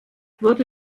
wurde